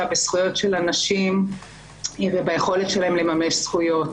בזכויות של אנשים וביכולת שלהם לממש זכויות.